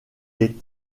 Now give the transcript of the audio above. les